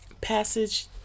passage